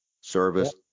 service